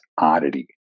oddity